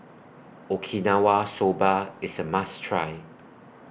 Okinawa Soba IS A must Try